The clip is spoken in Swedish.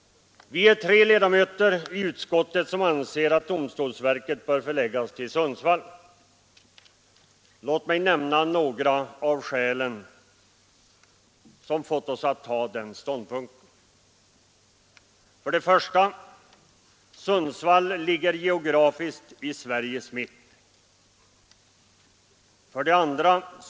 Vi är tre ledamöter i utskottet som anser att domstolsverket bör förläggas till Sundsvall. Låt mig nämna några av skälen som fått oss att inta den ståndpunkten. 1. Sundsvall ligger geografiskt i Sveriges mitt. 2.